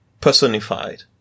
personified